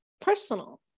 personal